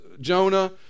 Jonah